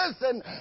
listen